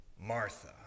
Martha